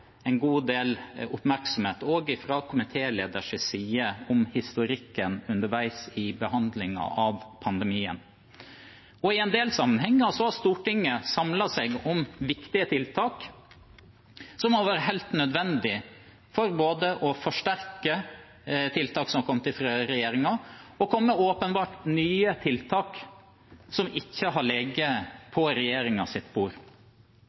en god del oppmerksomhet, også fra komitélederens side, om historikken underveis i behandlingen av pandemien. I en del sammenhenger har Stortinget samlet seg om viktige tiltak som har vært helt nødvendige for å forsterke tiltak som har kommet fra regjeringen, og også kommet med nye tiltak som ikke har ligget på regjeringens bord.